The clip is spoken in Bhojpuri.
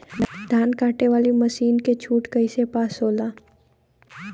धान कांटेवाली मासिन के छूट कईसे पास होला?